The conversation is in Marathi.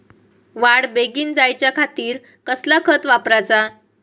वाढ बेगीन जायच्या खातीर कसला खत वापराचा?